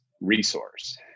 resource